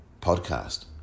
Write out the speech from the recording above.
podcast